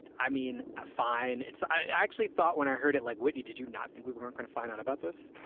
i mean, fine. it's i actually thought when i heard it like whitney, did you not think we were going to find out about this?